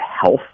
health